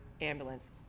ambulance